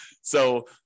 So-